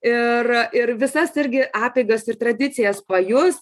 ir ir visas irgi apeigas ir tradicijas pajus